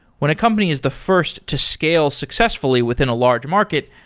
when a company is the first to scale successfully within a large market,